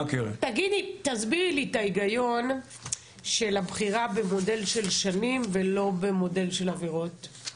תסבירי לי את ההיגיון של הבחירה במודל של שנים ולא במודל של עבירות.